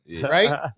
Right